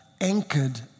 anchored